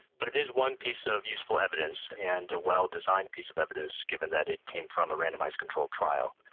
but it is one piece of useful evidence and a well designed piece of evidence given that it came from a randomised control trial.